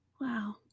Wow